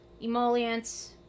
emollients